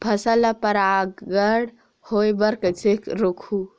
फसल ल परागण होय बर कइसे रोकहु?